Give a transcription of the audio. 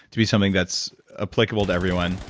to be something that's applicable to everyone,